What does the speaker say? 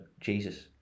Jesus